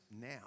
now